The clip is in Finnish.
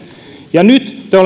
ja nyt te